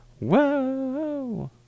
Whoa